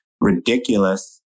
ridiculous